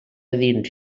dins